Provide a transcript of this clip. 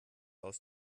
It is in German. aus